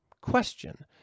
question